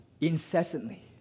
incessantly